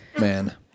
man